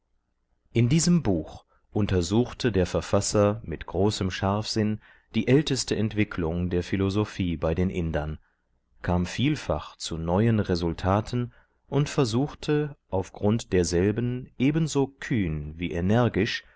in diesem buch untersuchte der verfasser mit großem scharfsinn die älteste entwicklung der philosophie bei den indern kam vielfach zu neuen resultaten und versuchte auf grund derselben ebenso kühn wie energisch